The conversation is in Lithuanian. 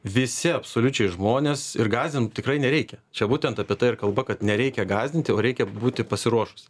visi absoliučiai žmonės ir gąsdint tikrai nereikia čia būtent apie tai ir kalba kad nereikia gąsdinti o reikia būti pasiruošus